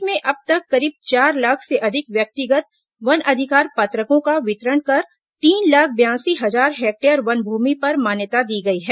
प्रदेश में अब तक करीब चार लाख से अधिक व्यक्तिगत वन अधिकार पत्रकों का वितरण कर तीन लाख बयासी हजार हेक्टेयर वन भूमि पर मान्यता दी गई है